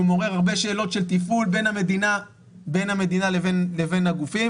שהוא מעורר הרבה שאלות של תפעול בין המדינה לבין הגופים,